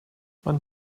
man